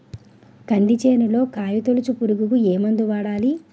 కంది చేనులో కాయతోలుచు పురుగుకి ఏ మందు వాడాలి?